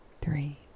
three